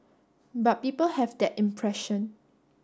but people have that impression